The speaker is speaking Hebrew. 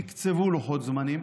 נקצבו לוחות זמנים.